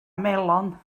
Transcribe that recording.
melon